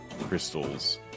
crystals